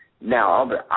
Now